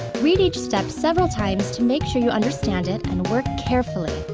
read each step several times to make sure you understand it, and work carefully.